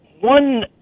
one